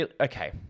Okay